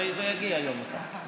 זה יגיע יום אחד.